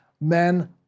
men